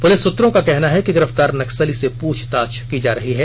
police सूत्रों का कहना है कि गिरफ्तार नक्सली से पूछताछ की जा रही है